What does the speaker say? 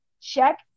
Check